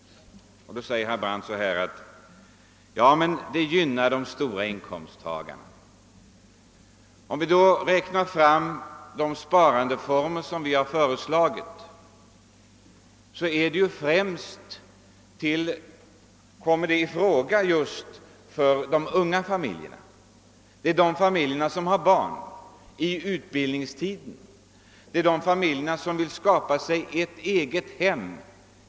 Då säger herr Brandt att detta gynnar de stora inkomsttagarna. Men de sparandeformer vi har föreslagit kommer främst i fråga för unga familjer — familjer som har barn i utbildningsålder, familjer som vill skapa sig ett eget hem.